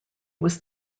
was